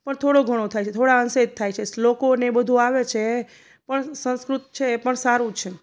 પણ થોડો ઘણો થાય છે થોડા અંશે જ થાય છે શ્લોકોને એ બધું આવે છે પણ સંસ્કૃત છે એ પણ સારું છે